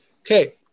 Okay